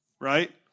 Right